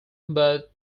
but